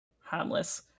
harmless